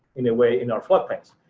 in a way in our floodplains.